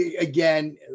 again